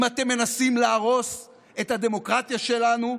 אם אתם מנסים להרוס את הדמוקרטיה שלנו,